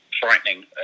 frightening